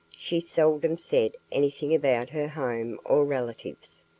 she seldom said anything about her home or relatives.